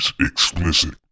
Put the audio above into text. explicit